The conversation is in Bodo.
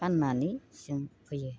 फाननानै जों फैयो